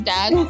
Dad